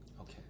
Okay